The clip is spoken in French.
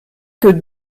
que